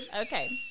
Okay